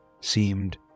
seemed